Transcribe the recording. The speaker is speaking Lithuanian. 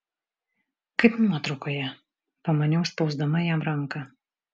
kaip nuotraukoje pamaniau spausdama jam ranką